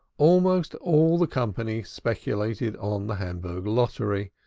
almost all the company speculated on the hamburg lottery,